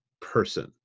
person